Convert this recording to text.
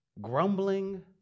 grumbling